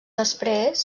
després